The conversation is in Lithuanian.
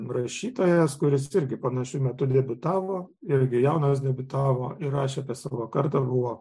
rašytojas kuris irgi panašiu metu debiutavo irgi jaunas debiutavo ir rašė apie savo kartą buvo